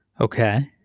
Okay